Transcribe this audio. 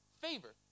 Favor